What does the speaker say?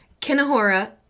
kinahora